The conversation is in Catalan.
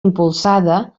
impulsada